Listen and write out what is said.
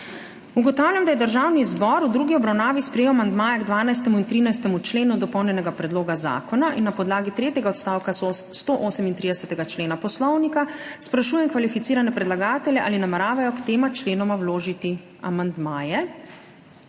Ugotavljam, da je Državni zbor v drugi obravnavi sprejel amandmaja k 12. in 13. členu dopolnjenega predloga zakona, in na podlagi tretjega odstavka 138. člena Poslovnika sprašujem kvalificirane predlagatelje, ali nameravajo k tema členoma vložiti amandmaje.